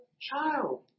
child